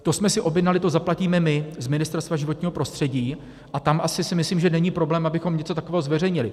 To jsme si objednali, to zaplatíme my, Ministerstva životního prostředí, a tam asi si myslím, že není problém, abychom něco takového zveřejnili.